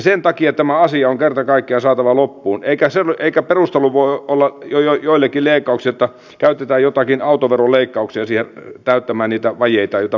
sen takia tämä asia on kerta kaikkiaan saatava loppuun eikä perustelu joillekin leikkauksille voi olla että käytetään joitakin autoveron leikkauksia täyttämään niitä vajeita joita budjettiin on syntynyt